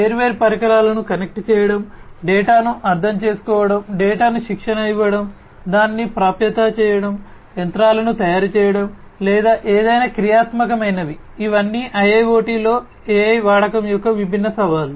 వేర్వేరు పరికరాలను కనెక్ట్ చేయడం డేటాను అర్థం చేసుకోవడం డేటాను శిక్షణ ఇవ్వడం దానిని ప్రాప్యత చేయడం యంత్రాలను తయారు చేయడం లేదా ఏదైనా క్రియాత్మకమైనవి ఇవన్నీ IIoT లో AI వాడకం యొక్క విభిన్న సవాళ్లు